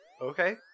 Okay